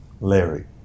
Larry